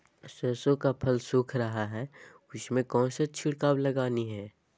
सरसो का फल सुख रहा है उसमें कौन सा छिड़काव लगानी है?